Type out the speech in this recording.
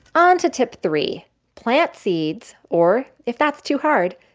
on to tip three plant seeds, or if that's too hard,